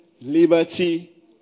liberty